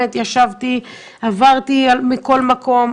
באמת, ישבתי, עברתי מכל מקום.